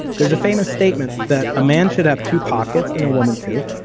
there's a famous statement that a man should have two pockets and a woman too.